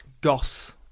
goss